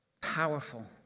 powerful